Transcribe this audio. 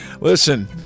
Listen